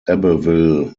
abbeville